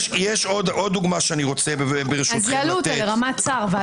אז יעלו אותה לרמת שר.